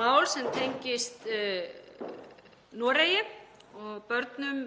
mál sem tengist Noregi og börnum